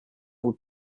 would